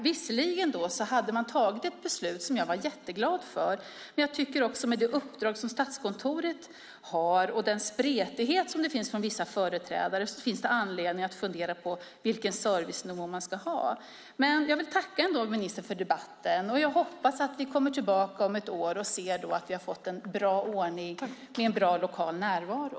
Visserligen hade man tagit ett beslut som jag var jätteglad över, men med det uppdrag som Statskontoret har och den spretighet som finns från vissa företrädare finns det anledning att fundera på vilken servicenivå man ska ha. Jag vill ändå tacka ministern för debatten. Jag hoppas att vi kommer tillbaka om ett år och ser att vi har fått en bra ordning med en bra lokal närvaro.